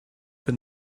been